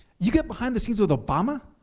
you get behind the scenes with obama,